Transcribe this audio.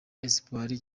espoir